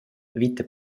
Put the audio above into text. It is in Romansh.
vita